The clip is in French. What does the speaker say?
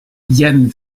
yen